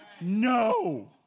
No